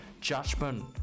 judgment